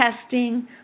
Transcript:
testing